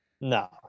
No